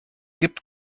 gibt